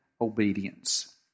obedience